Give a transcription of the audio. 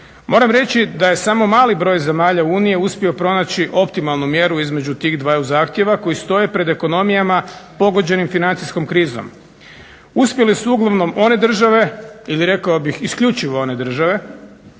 Moram reći da je samo mali broj zemalja Unije uspio pronaći optimalnu mjeru između tih dvaju zahtjeva koji stoje pred ekonomijama pogođenim financijskom krizom. Uspjeli su uglavnom one države ili rekao bih isključivo one države